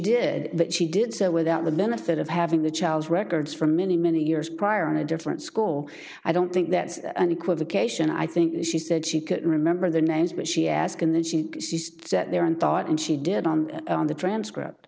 that she did so without the benefit of having the child's records for many many years prior in a different school i don't think that's an equivocation i think she said she couldn't remember the names but she asked and then she sat there and thought and she did on the transcript